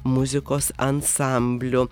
muzikos ansambliu